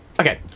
Okay